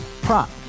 Prop